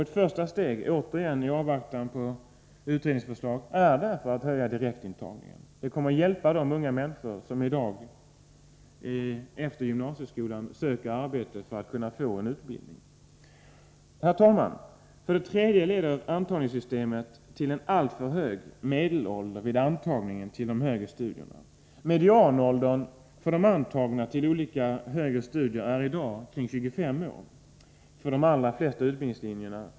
Ett första steg — återigen i avvaktan på utredningsförslaget — är därför att öka direktintagningen. Det kommer att hjälpa de unga människor som i dag efter gymnasieskolan söker arbete för att få en utbildning. Herr talman! För det tredje leder antagningssystemet till en alltför hög medelålder vid antagningen till de högre studierna. Medianåldern för de antagna till olika högre studier är i dag omkring 25 år för de allra flesta utbildningslinjer.